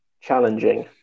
challenging